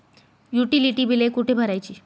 Utility बिले कुठे भरायची?